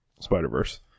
Spider-Verse